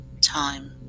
time